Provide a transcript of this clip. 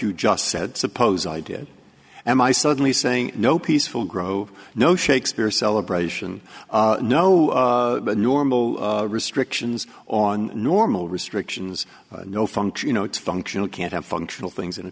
you just said suppose i did and i suddenly saying no peaceful grove no shakespeare celebration no normal restrictions on normal restrictions no function you know it's functional can't have functional things in a